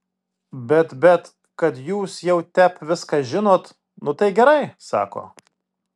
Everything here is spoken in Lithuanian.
bet bet kad jūs jau tep viską žinot nu tai gerai sako